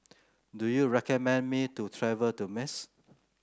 do you recommend me to travel to Minsk